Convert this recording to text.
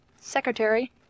Secretary